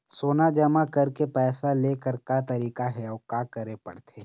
सोना जमा करके पैसा लेकर का तरीका हे अउ का करे पड़थे?